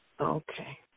Okay